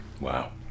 Wow